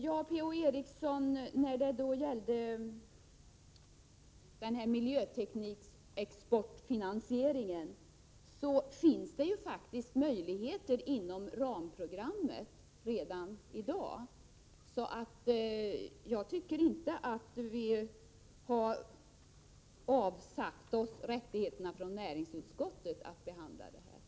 När det gäller exportfinansiering av miljöteknik, Per-Ola Eriksson, så finns faktiskt redan i dag den möjligheten inom ramprogrammet, så jag tycker inte att vi har avsagt oss rättigheterna att behandla dessa frågor i näringsutskottet.